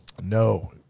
No